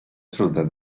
trudne